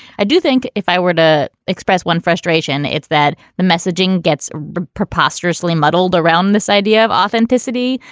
i do think if i were to express one frustration, it's that the messaging gets preposterously muddled around this idea of authenticity,